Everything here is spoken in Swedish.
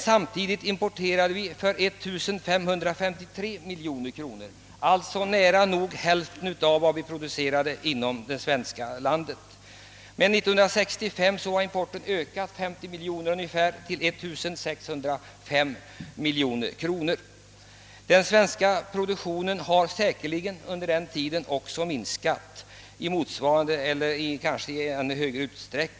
Samtidigt importerade vi emellertid för 1553 miljoner kronor, d.v.s. nära nog hälften av vår konsumtion. År 1965 ökade importen med ungefär 50 miljoner kronor till 1605 miljoner kronor. Säkerligen har produktionen här i landet också under den tiden minskat i motsvarande eller ännu högre grad.